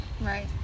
Right